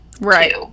Right